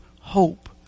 hope